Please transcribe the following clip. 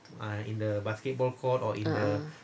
ah